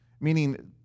meaning